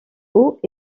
haut